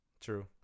true